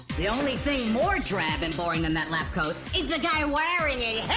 the only thing more drab and boring than that lab coat is the guy wearing it!